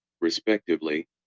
respectively